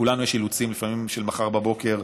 לכולנו יש אילוצים לפעמים של מחר בבוקר,